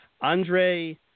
Andre